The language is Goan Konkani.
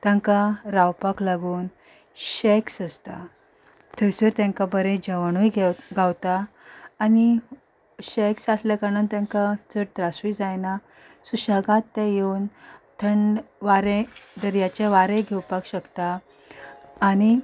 तांकां रावपाक लागून शॅक्स आसता थंयसर तेंकां बरें जेवणूय गावता आनी शॅक्स आसले कारणान तेंकां चड त्रासूय जायना सुशेगाद ते येवन थंड वारें दर्याचें वारें घेवपाच शकता आनी